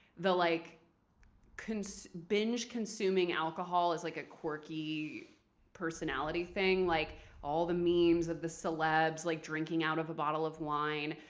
the like binge consuming alcohol as like a quirky personality thing. like all the memes of the celebs like drinking out of a bottle of wine,